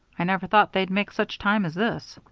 i never thought they'd make such time as this.